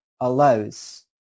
allows